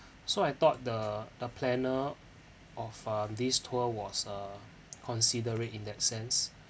so I thought the the planner of um this tour was uh considerate in that sense